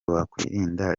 wakwirinda